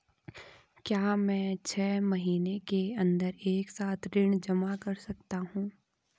क्या मैं छः महीने के अन्दर एक साथ ऋण जमा कर सकता हूँ?